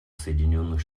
соединенных